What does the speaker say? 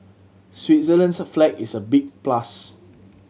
Switzerland's flag is a big plus